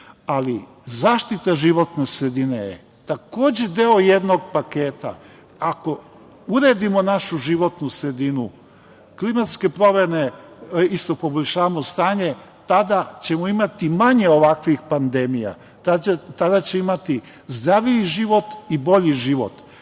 EU.Zaštita životne sredine je takođe deo jednog paketa. Ako uredimo našu životnu sredinu, za klimatske promene isto poboljšamo stanje, tada ćemo imati manje ovakvih pandemija, tada ćemo imati zdraviji život i bolji život.